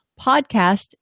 podcast